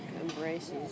embraces